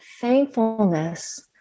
thankfulness